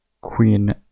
queen